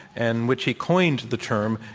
and which he coined the term,